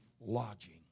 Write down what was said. lodging